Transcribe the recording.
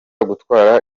gutwara